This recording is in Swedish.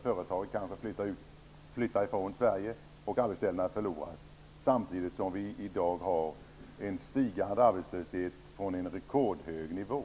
Företaget kan få flytta från Sverige och arbetstillfällen kan förloras, samtidigt som vi i dag har en stigande arbetslöshet - från en redan rekordhög nivå.